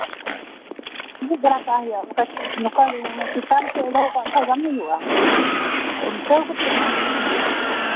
ᱥᱤᱫᱩᱯ ᱫᱚᱦᱚ ᱠᱟᱜ ᱦᱩᱭᱩᱼᱟ ᱵᱟᱠᱷᱟᱱ ᱪᱮᱛᱟᱱ ᱥᱮᱫ ᱫᱚᱦᱚ ᱠᱟᱜ ᱦᱩᱭᱩᱜ ᱠᱷᱟᱱ ᱵᱟᱝ ᱦᱩᱭᱩᱜᱼᱟ ᱩᱞᱴᱟᱹᱣ ᱠᱟᱛᱮᱫ ᱫᱚᱦᱚ ᱠᱟᱜ ᱦᱩᱭᱩᱜᱼᱟ